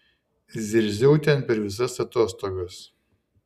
zirziau ten per visas atostogas